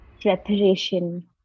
preparation